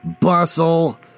Bustle